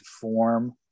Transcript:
form